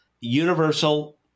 universal